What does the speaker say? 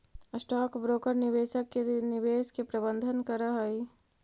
stock broker निवेशक के निवेश के प्रबंधन करऽ हई